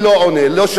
הם לא שווים את זה.